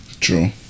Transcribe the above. True